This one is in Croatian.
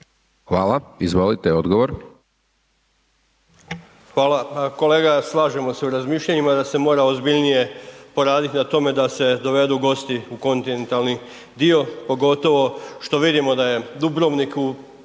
**Vlaović, Davor (HSS)** Hvala, kolega slažemo se u razmišljanjima da se mora ozbiljnije poradit na tome da se dovedu gosti u kontinentalni dio, pogotovo što vidimo da je Dubrovnik u